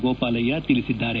ಗೋಪಾಲಯ್ಯ ತಿಳಿಸಿದ್ದಾರೆ